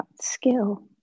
skill